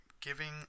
giving